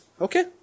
Okay